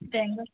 bangles